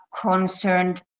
concerned